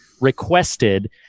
requested